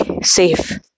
safe